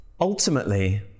ultimately